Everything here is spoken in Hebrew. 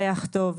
ריח טוב,